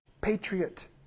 patriot